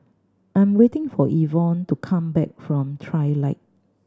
I am waiting for Evonne to come back from Trilight